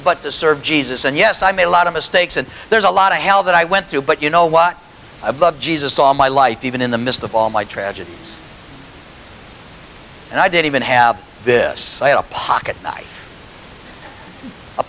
but to serve jesus and yes i made a lot of mistakes and there's a lot of hell that i went through but you know what above jesus all my life even in the midst of all my tragedies and i didn't even have this little pocket knife a